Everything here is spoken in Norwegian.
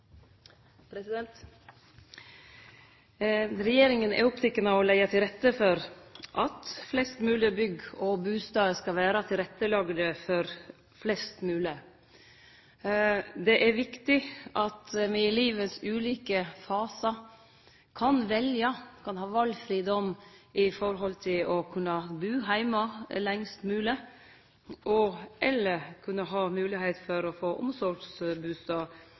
kommer. Regjeringa er oppteken av å leggje til rette for at flest moglege bygg og bustader skal vere tilrettelagde for flest mogleg. Det er viktig at me i livets ulike fasar kan velje, kan ha valfridom i forhold til å kunne bu heime lengst mogleg, og/eller kunne ha moglegheit for å kunne få omsorgsbustad